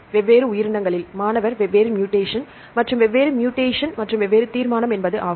வெவ்வேறு உயிரினங்களில் மற்றும் வெவ்வேறு மூடேஷன் மற்றும் வெவ்வேறு தீர்மானம் என்பது ஆகும்